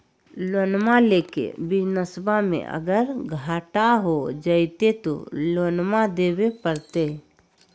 लोनमा लेके बिजनसबा मे अगर घाटा हो जयते तो लोनमा देवे परते?